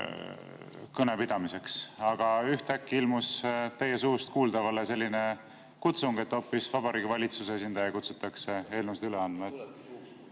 kõne pidamiseks, aga ühtäkki ilmus teie suust kuuldavale selline kutsung, et hoopis Vabariigi Valitsuse esindaja kutsutakse eelnõusid üle andma.